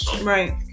Right